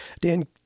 Dan